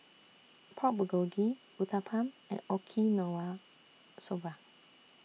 Pork Bulgogi Uthapam and Okinawa Soba